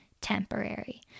temporary